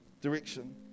Direction